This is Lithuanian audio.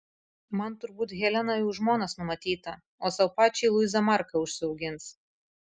man turbūt helena jau į žmonas numatyta o sau pačiai luiza marką užsiaugins